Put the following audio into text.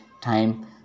time